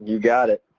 got it.